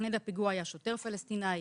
מתכנן הפיגוע היה שוטר פלסטיני,